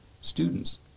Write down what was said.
students